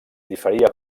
diferia